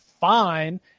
fine